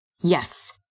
Yes